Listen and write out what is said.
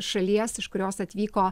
šalies iš kurios atvyko